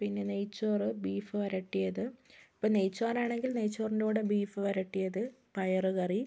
പിന്നെ നെയ്ച്ചോറ് ബീഫ് വരട്ടിയത് ഇപ്പോൾ നെയ്ച്ചോറാണെങ്കിൽ നെയ്ച്ചോറിൻ്റെ കൂടെ ബീഫ് വരട്ടിയത് പയറ് കറി പ്